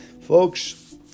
folks